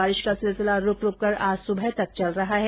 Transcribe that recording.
बारिश का सिलसिला रूकरूक कर आज सुबह तक चल रहा है